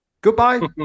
Goodbye